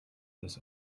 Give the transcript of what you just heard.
this